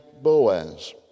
Boaz